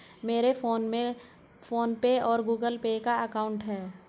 मेरे फोन में PhonePe और गूगल पे का अकाउंट है